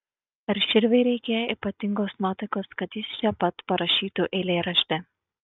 ar širviui reikėjo ypatingos nuotaikos kad jis čia pat parašytų eilėraštį